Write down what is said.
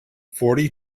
forty